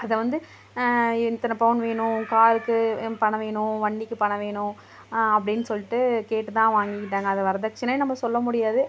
அதை வந்து இத்தனை பவுன் வேணும் காருக்கு பணம் வேணும் வண்டிக்கு பணம் வேணும் அப்டின்னு சொல்லிட்டு கேட்டுதான் வாங்கிக்கிட்டாங்க அதை வரதட்சணைனு நம்ப சொல்ல முடியாது